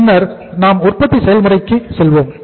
பின்னர் நாம் உற்பத்தி செயல்முறைக்கு செல்வோம்